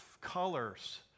colors